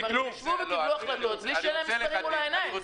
כלומר ישבו וקיבלו החלטות בלי שיהיו להם מספרים מול העיניים.